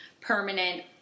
permanent